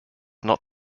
not